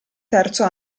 terzo